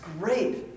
great